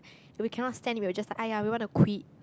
if we cannot stand it we will just !aiya! we want to quit